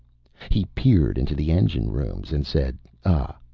he peered into the engine rooms and said ah,